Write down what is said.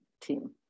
team